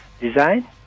design